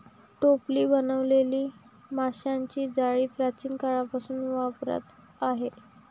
टोपली बनवलेली माशांची जाळी प्राचीन काळापासून वापरात आहे